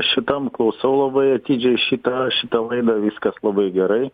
šitam klausau labai atidžiai šitą šitą laidą viskas labai gerai